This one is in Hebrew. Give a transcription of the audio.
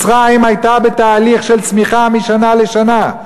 מצרים הייתה בתהליך של צמיחה משנה לשנה,